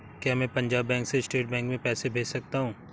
क्या मैं पंजाब बैंक से स्टेट बैंक में पैसे भेज सकता हूँ?